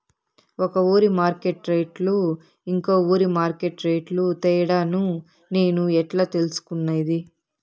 ఒక ఊరి మార్కెట్ రేట్లు ఇంకో ఊరి మార్కెట్ రేట్లు తేడాను నేను ఎట్లా తెలుసుకునేది?